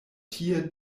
tie